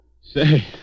Say